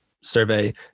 survey